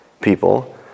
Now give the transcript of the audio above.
people